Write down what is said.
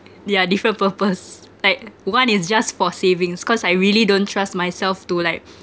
yeah different purpose like one is just for savings cause I really don't trust myself to like